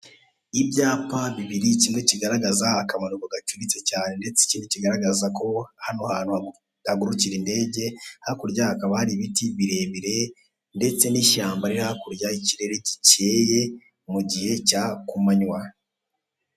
Ibyapa bibiri kimwe kigaragaza akamanuko gacuritse cyane, ndetse ikindi kigaragaza ko hano hantu hagurukira indege hakurya hakaba hari ibiti birebire ndetse ni ishyamba riri hakurya rikeye mu igihe cya kumanywa.